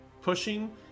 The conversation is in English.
pushing